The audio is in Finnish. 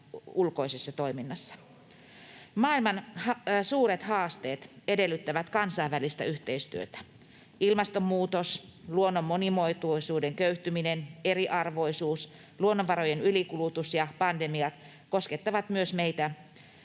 Maailman suuret haasteet edellyttävät kansainvälistä yhteistyötä. Ilmastonmuutos, luonnon monimuotoisuuden köyhtyminen, eriarvoisuus, luonnonvarojen ylikulutus ja pandemiat koskettavat myös meitä